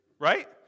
Right